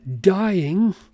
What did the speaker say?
dying